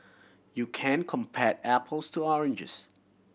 you can't compare apples to oranges